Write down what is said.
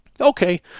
Okay